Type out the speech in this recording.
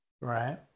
Right